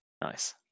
Nice